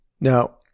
Now